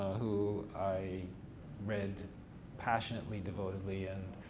who i read passionately, devotedly, and